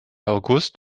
august